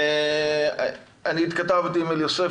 אני התכתבתי עם אליוסף,